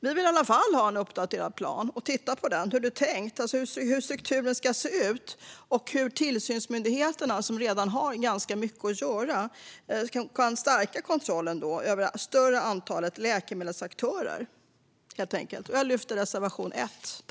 Vi vill ha en uppdaterad plan och titta på hur det är tänkt. Hur ska strukturen se ut? Och hur ska tillsynsmyndigheterna, som redan har ganska mycket att göra, stärka kontrollen över det större antalet läkemedelsaktörer? Jag yrkar bifall till reservation 1.